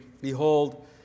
behold